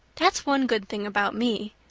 that's one good thing about me.